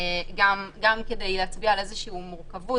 גם כדי להצביע על מורכבות כלשהי.